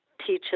teaches